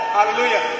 Hallelujah